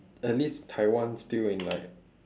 a least taiwan still in like